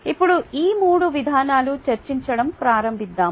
ఇప్పుడు ఈ మూడు విధానాలను చర్చించడం ప్రారంభిద్దాం